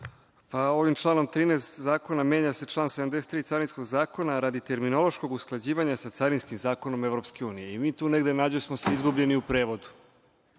Ovim članom 13. zakona menja se član 73. Carinskog zakona radi terminološkog usklađivanja sa carinskim zakonom EU i mi se tu negde nađosmo izgubljeni u prevodu.